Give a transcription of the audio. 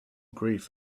grief